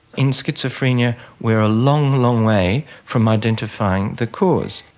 in schizophrenia we are a long, long way from identifying the cause.